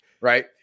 right